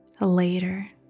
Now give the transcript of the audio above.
later